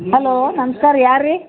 hello ನಮಸ್ಕಾರ ಯಾರು ರೀ